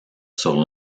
sur